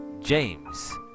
James